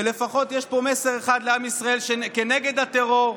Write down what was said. ולפחות יש פה מסר אחד לעם ישראל כנגד הטרור.